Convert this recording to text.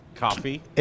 Coffee